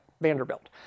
Vanderbilt